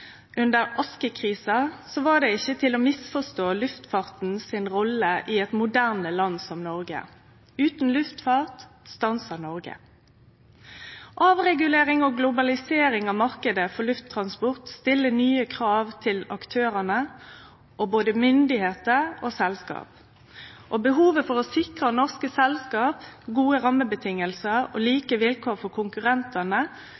under oskekrisa – var ikkje luftfarten si rolle i eit moderne land som Noreg til å misforstå. Utan luftfart stansa Noreg! Avregulering og globalisering av marknaden for lufttransport stiller nye krav til aktørane, både myndigheiter og selskap. Behovet for å sikre norske selskap gode rammevilkår og